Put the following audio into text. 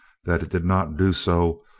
that it did not do so,